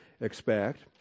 expect